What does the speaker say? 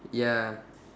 ya